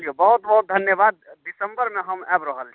जी बहुत बहुत धन्यवाद दिसंबरमे हम आबि रहल छी